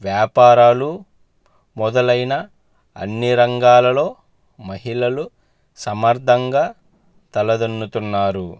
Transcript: వ్యాపారాలు మొదలైన అన్ని రంగాలలో మహిళలు సమర్థవంతంగా తలదన్నుతున్నారు